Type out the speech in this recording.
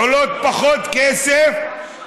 שעולות פחות כסף,